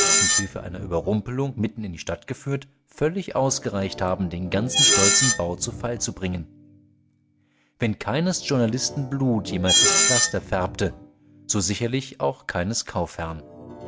mit hilfe einer überrumpelung mitten in die stadt geführt völlig ausgereicht haben den ganzen stolzen bau zu fall zu bringen wenn keines journalisten blut jemals das pflaster färbte so sicherlich auch keines